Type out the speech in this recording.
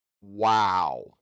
wow